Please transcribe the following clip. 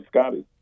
Scotty